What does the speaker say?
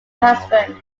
husband